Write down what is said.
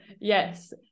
Yes